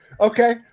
okay